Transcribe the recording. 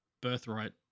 birthright